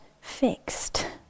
fixed